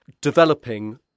developing